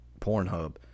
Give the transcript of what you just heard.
pornhub